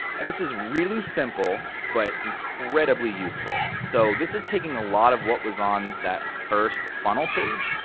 and this is really simple, but incredibly useful. so this is taking a lot of what was on that first funnel page,